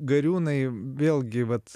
gariūnai vėlgi vat